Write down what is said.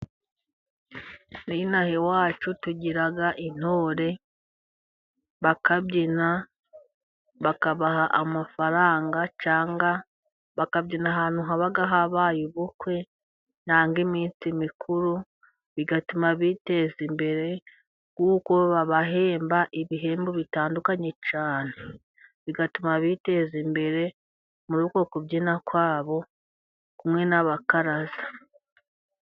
N'ino aha iwacu tugira intore, bakabyina bakabaha amafaranga cyangwa bakabyina ahantu haba habaye ubukwe cyangwa iminsi mikuru, bigatuma biteza imbere. Kuko babahemba ibihembo bitandukanye cyane bigatuma biteza imbere muri uko kubyina kwabo kumwe n'abakaraza.